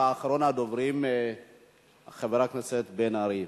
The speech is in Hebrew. ואחרון הדוברים הוא חבר הכנסת בן-ארי.